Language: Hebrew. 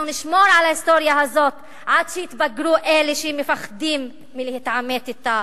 אנחנו נשמור על ההיסטוריה הזאת עד שיתבגרו אלה שמפחדים להתעמת אתה.